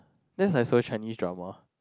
that's like so Chinese drama